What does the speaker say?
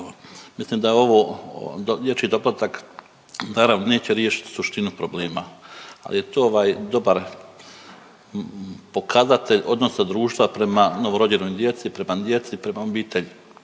Mislim da je ovo dječji doplatak naravno neće riješiti suštinu problema, ali je to ovaj dobar pokazatelj odnosa društva prema novorođenoj djeci, prema djeci, prema obitelji.